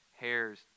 hairs